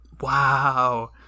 Wow